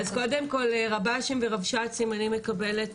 אז קודם כל רב"שים ורבש"צים אני מקבלת